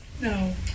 No